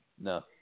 No